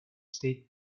state